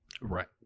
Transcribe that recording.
Right